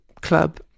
club